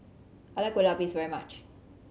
I like Kueh Lapis very much